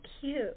cute